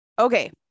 Okay